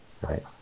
right